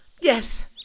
Yes